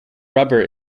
rubber